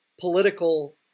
political